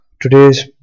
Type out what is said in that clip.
today's